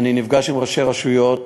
אני נפגש עם ראשי רשויות,